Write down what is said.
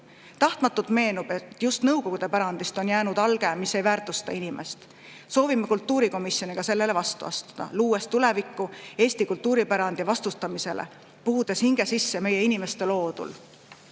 Tahtmatult meenub, et just Nõukogude Liidu pärandist on jäänud alge, mis ei väärtusta inimest. Soovime kultuurikomisjoniga sellele vastu astuda, luues tulevikku Eesti kultuuripärandile ja puhudes hinge sisse meie inimeste loodule.